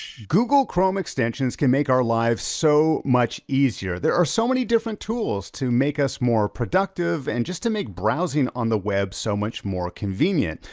google chrome extensions can make our lives so much easier. there are so many different tools to make us more productive, and just to make browsing on the web so much more convenient.